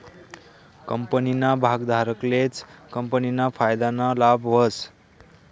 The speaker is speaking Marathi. कंपनीना भागधारकलेच कंपनीना फायदाना लाभ व्हस